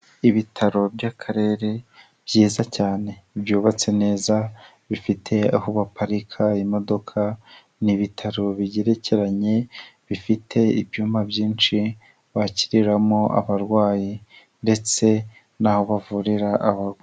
Ibitaro by'Akarere byiza cyane byubatse neza, bifite aho baparika imodoka, ni ibitaro bigerekeranye bifite ibyumba byinshi bakiriramo abarwayi ndetse n'aho bavurira aba.